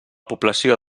població